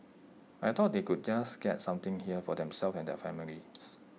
I thought they could just get something here for themselves and their families